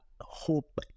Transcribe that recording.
hope